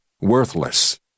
worthless